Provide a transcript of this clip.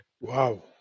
Wow